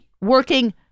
working